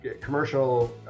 commercial